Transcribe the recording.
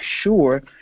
sure